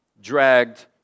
Dragged